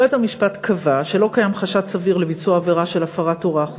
בית-המשפט קבע כי לא קיים חשד סביר לביצוע עבירה של הפרת הוראה חוקית,